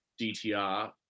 DTR